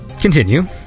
continue